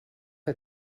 que